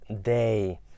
day